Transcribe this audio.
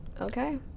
Okay